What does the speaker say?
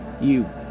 You